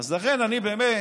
אז לכן, באמת,